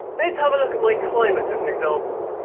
let's have a look at my climate as an example.